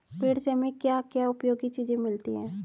भेड़ से हमें क्या क्या उपयोगी चीजें मिलती हैं?